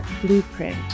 Blueprint